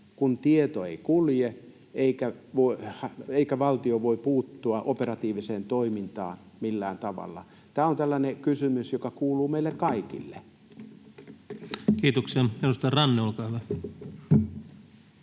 kun tieto ei kulje eikä valtio voi puuttua operatiiviseen toimintaan millään tavalla? Tämä on tällainen kysymys, joka kuuluu meille kaikille. Kiitoksia. — Edustaja Ranne, olkaa hyvä.